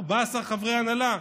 14 חברי הנהלה.